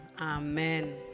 Amen